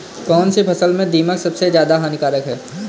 कौनसी फसल में दीमक सबसे ज्यादा हानिकारक है?